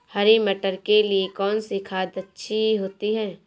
हरी मटर के लिए कौन सी खाद अच्छी होती है?